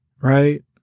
right